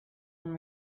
and